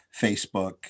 Facebook